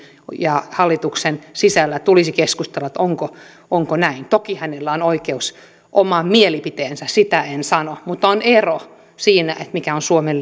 ja hallituksen sisällä tulisi keskustella onko näin toki hänellä on oikeus omaan mielipiteeseensä sitä en sano mutta on ero siinä mikä on suomen